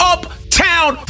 Uptown